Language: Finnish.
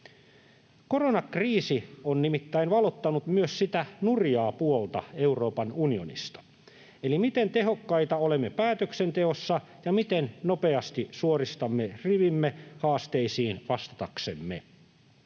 Koronakriisi on nimittäin valottanut myös sitä nurjaa puolta Euroopan unionista eli sitä, miten tehokkaita olemme päätöksenteossa ja miten nopeasti suoristamme rivimme haasteisiin vastataksemme.